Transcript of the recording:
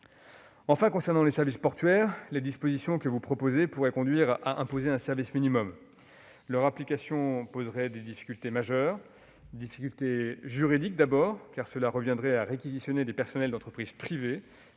Enfin, concernant les services portuaires, les dispositions que vous proposez pourraient conduire à imposer un service minimum. Leur application poserait des difficultés majeures, et tout d'abord des difficultés juridiques, car cela reviendrait à réquisitionner des personnels d'entreprises privées